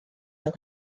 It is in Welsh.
fel